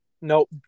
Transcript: Nope